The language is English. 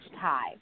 tie